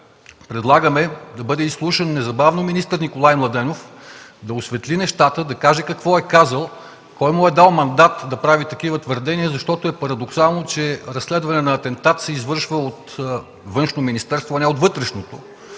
предлагаме да бъде изслушан незабавно министър Николай Младенов. Да осветли нещата, да каже какво е казал, кой му е дал мандат да прави такива твърдения, защото е парадоксално, че разследване на атентат се извършва от Външно министерство, а не от Вътрешното.